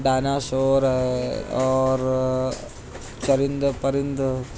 dinosaur ہے اور چرند پرند